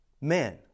men